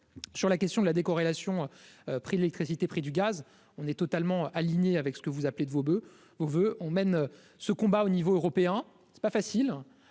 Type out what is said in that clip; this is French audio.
sur la question de la décorrélation prix l'électricité, prix du gaz, on est totalement aligné avec ce que vous appelez de vos beuh on veut on mène ce combat au niveau européen, c'est pas facile,